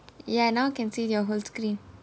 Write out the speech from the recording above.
ya now can see your whole screen